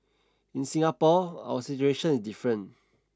in Singapore our situation is different